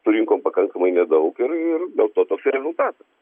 surinkom pakankamai nedaug ir ir dėl to toks ir rezultatas